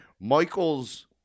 michael's